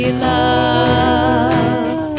love